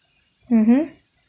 mmhmm